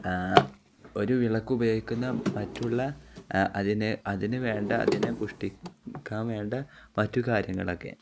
ഒരു വിളയ്ക്ക് ഉപയോഗിക്കുന്ന മറ്റുള്ള അതിന് അതിന് വേണ്ട അതിനെ പുഷ്ടിക്കാൻ വേണ്ട മറ്റു കാര്യങ്ങളൊക്കെ